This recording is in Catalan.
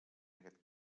aquest